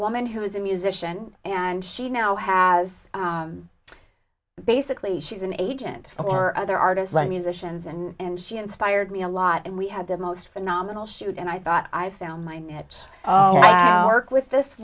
woman who is a musician and she now has basically she's an agent for other artists and musicians and she inspired me a lot and we had the most phenomenal shoot and i thought i found my niche around work with this